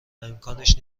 امکانش